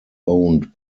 owned